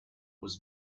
was